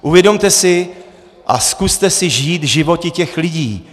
Uvědomte si a zkuste si žít životy těch lidí.